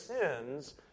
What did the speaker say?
sins